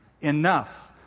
Enough